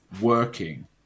working